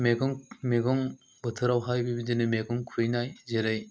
मैगं मैगं बोथोरावहाय बेबादिनो मैगं खुबैनाय जेरै